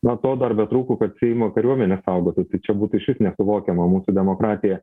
na to dar betrūko kad seimą kariuomenė saugotų tai čia būtų išvis nesuvokiama mūsų demokratija